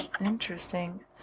Interesting